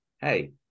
hey